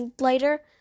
later